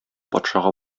патшага